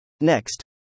Next